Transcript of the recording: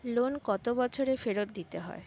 Loan কত বছরে ফেরত দিতে হয়?